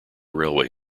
railway